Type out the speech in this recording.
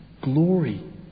glory